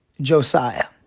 Josiah